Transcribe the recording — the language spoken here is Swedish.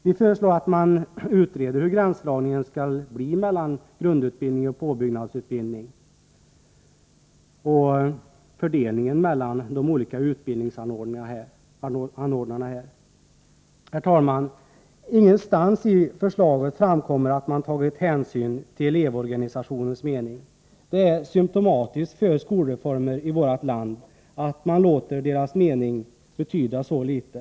Vi föreslår att man utreder hur gränsdragningen mellan grundutbildning och påbyggnadsutbildning och fördelningen mellan de olika utbildningsanordnarna bör göras. Herr talman! Ingenstans i förslaget framkommer att regeringen tagit hänsyn till elevorganisationens mening. Det är symtomatiskt för skolreformer i vårt land att man låter elevernas mening betyda så litet.